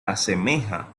asemeja